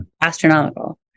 astronomical